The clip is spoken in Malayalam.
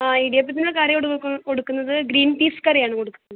ആ ഇടിയപ്പത്തിന് കറി ഇവിടുന്ന് കൊടുക്ക് കൊടുക്കുന്നത് ഗ്രീൻ പീസ് കറിയാണ് കൊടുക്കുന്നത്